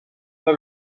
pas